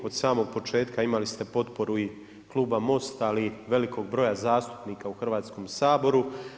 Od samog početka imali ste potporu i kluba MOST-a, ali i velikog broja zastupnika u Hrvatskom saboru.